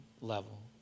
level